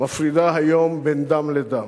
מפרידה היום בין דם לדם,